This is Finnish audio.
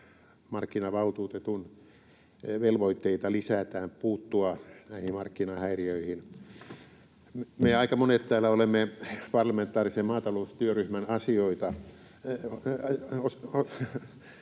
elintarvikemarkkinavaltuutetun velvoitteita puuttua näihin markkinahäiriöihin. Me, aika monet täällä, olemme parlamentaarisen maataloustyöryhmän jäseniä,